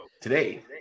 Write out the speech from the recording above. today